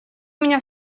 меня